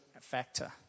factor